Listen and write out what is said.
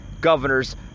governors